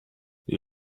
die